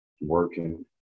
working